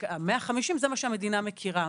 רק ה-150 זה מה שהמדינה מכירה.